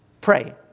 pray